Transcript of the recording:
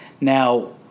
Now